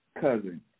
cousin